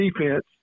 defense